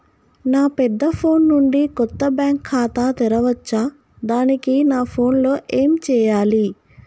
నా పెద్ద ఫోన్ నుండి కొత్త బ్యాంక్ ఖాతా తెరవచ్చా? దానికి నా ఫోన్ లో ఏం చేయాలి?